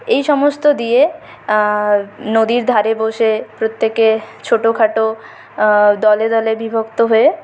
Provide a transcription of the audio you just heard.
এই সমস্ত দিয়ে নদীর ধারে বসে প্রত্যেকে ছোটখাটো দলে দলে বিভক্ত হয়ে